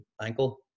ankle